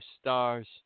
stars